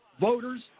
voters